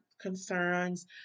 concerns